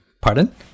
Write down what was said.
Pardon